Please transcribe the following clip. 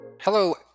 Hello